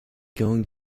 going